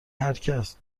هرکس